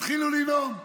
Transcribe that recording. תתחילו לנאום.